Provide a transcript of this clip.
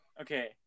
Okay